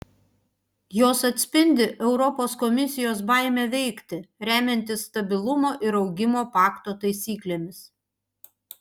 jos atspindi europos komisijos baimę veikti remiantis stabilumo ir augimo pakto taisyklėmis